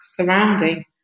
surrounding